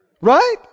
Right